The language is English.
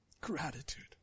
gratitude